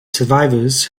survivors